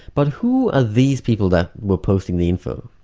but who are these people that were posting the info?